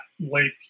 lake